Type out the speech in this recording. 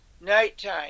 nighttime